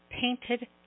painted